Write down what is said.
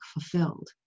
fulfilled